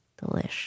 delish